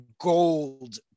gold